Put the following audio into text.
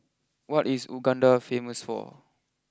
what is Uganda famous for